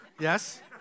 yes